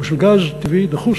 או של גז טבעי דחוס,